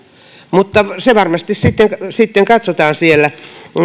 mutta se varmasti sitten katsotaan siellä